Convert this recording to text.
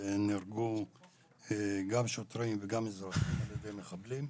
בהם נהרגו גם שוטרים וגם אזרחים על ידי מחבלים.